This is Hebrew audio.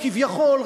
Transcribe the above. כביכול,